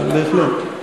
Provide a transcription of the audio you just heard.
בהחלט.